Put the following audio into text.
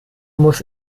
muss